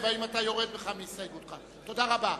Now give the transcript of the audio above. תודה רבה.